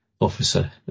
officer